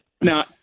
Now